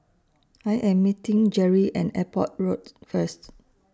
I Am meeting Jeri At Airport Road First